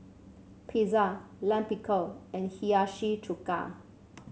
Pizza Lime Pickle and Hiyashi Chuka